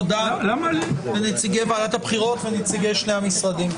תודה לנציגי ועדת הבחירות ולנציגי שני המשרדים.